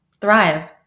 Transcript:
thrive